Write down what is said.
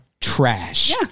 trash